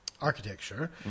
architecture